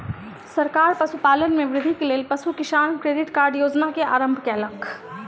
सरकार पशुपालन में वृद्धिक लेल पशु किसान क्रेडिट कार्ड योजना के आरम्भ कयलक